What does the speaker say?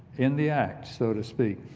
in the act. so to speak.